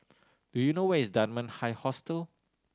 do you know where is Dunman High Hostel